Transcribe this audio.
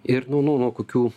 ir nu nu nuo kokių